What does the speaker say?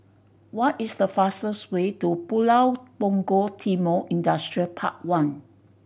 what is the fastest way to Pulau Punggol Timor Industrial Park One